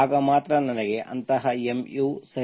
ಆಗ ಮಾತ್ರ ನನಗೆ ಅಂತಹ mu ಸರಿ